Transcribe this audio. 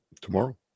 Tomorrow